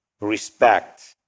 respect